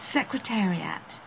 Secretariat